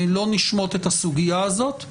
לא נשמוט את הסוגיה הזאת.